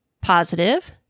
positive